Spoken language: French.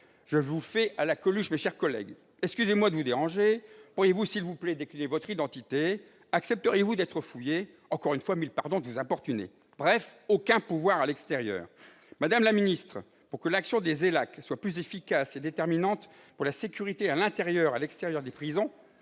de pasticher Coluche, mes chers collègues :« Excusez-moi de vous déranger, mais pourriez-vous, s'il vous plaît, décliner votre identité ? Accepteriez-vous d'être fouillés ? Encore une fois, mille pardons de vous importuner !» Bref, ces équipes n'ont aucun pouvoir à l'extérieur ! Madame la garde des sceaux, pour que l'action des ELAC soit plus efficace et déterminante pour la sécurité à l'intérieur comme à l'extérieur des prisons,